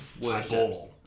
worships